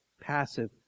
passive